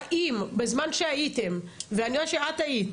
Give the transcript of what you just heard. האם בזמן שהייתם ואני יודעת שאת היית,